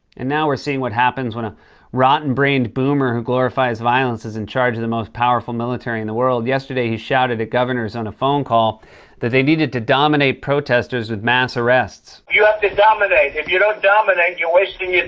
and now we're seeing what happens when a rotten-brained boomer who glorifies violence is in charge of the most powerful military in the world. yesterday, he shout at governors on a phone call that they needed to dominate protesters with mass arrests. you have to dominate. if you don't dominate, you're wasting